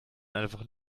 einfach